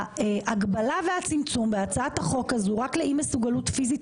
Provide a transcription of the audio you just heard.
ההגבלה והצמצום בהצעת החוק הזו רק לאי מסוגלות פיזית